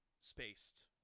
spaced